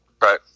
Right